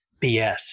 BS